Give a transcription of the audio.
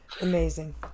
Amazing